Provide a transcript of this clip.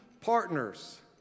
partners